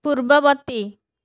ପୂର୍ବବର୍ତ୍ତୀ